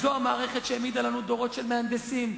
זו המערכת שהעמידה לנו דורות של מהנדסים,